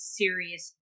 serious